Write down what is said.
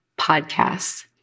podcasts